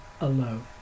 alone